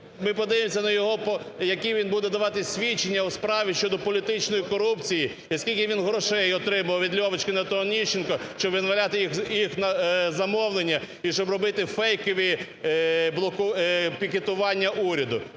ми подивимось на нього, які він буде давати свідчення у справі щодо політичної корупції і скільки він грошей отримав від Льовочкіна та Онищенка, щоб виконувати їх замовлення і щоб робити фейкові пікетування уряду.